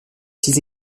six